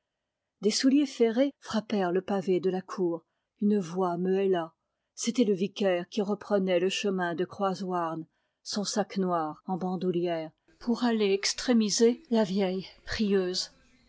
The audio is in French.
des souliers ferrés frappèrent le pavé de la cour une voix me héla c'était le vicaire qui reprenait le chemin de croaz houarn son sac noir b en bandoulière pour aller extrêmiser la vieille prieuse